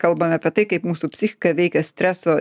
kalbam apie tai kaip mūsų psichiką veikia streso